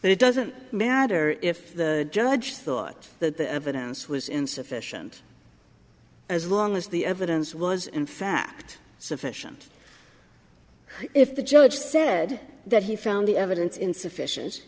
that it doesn't matter if the judge thought that the evidence was insufficient as long as the evidence was in fact sufficient if the judge said that he found the evidence insufficient